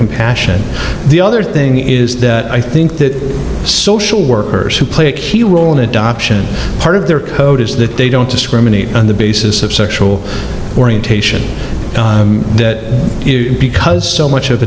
compassion the other thing is that i think that social workers who play a key role in adoption part of their code is that they don't discriminate on the basis of sexual orientation that because so much of